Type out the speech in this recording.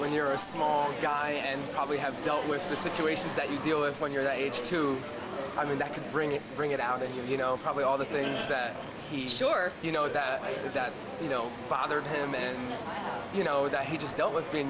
when you're a small guy and probably have dealt with the situations that you deal with when you're that age to i mean that could bring it bring it out of you know probably all the things that he sure you know that you know bothered him and you know that he just dealt with being